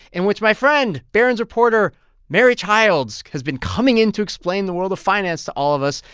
in which my friend, barron's reporter mary childs, has been coming in to explain the world of finance to all of us.